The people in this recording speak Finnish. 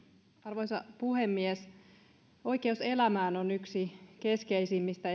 arvoisa puhemies oikeus elämään on yksi keskeisimmistä